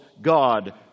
God